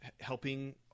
helping